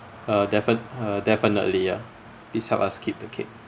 uh definite~ uh definitely ya please help us keep the cake